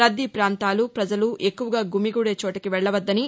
రద్దీ పాంతాలు ప్రజలు ఎక్కువగా గుమికూడే చోటికి వెళ్లవద్దని